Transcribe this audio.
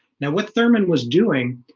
now what thurman was doing?